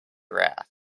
wrath